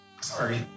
sorry